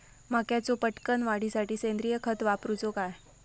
मक्याचो पटकन वाढीसाठी सेंद्रिय खत वापरूचो काय?